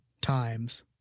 times